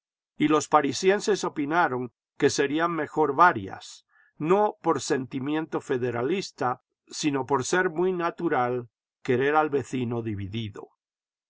y los parisienses opinaron que serían mejor varias no por sentimiento federalista sino por ser muy natural querer al vecino dividido